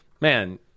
man